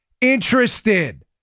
interested